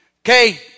Okay